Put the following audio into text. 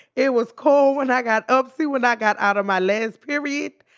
it was cold when i got up. see, when i got out of my last period,